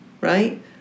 right